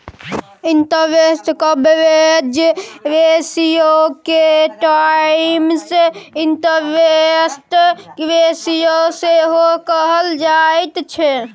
interest coverage रेशियोके times interest ratio सेहो कहल जाइत छै